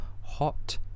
hot